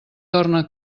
torna